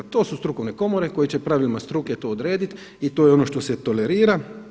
To su strukovne komore koje će pravilima struke to odrediti i to je ono što se tolerira.